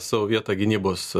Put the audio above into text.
savo vietą gynybos